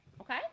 Okay